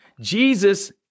Jesus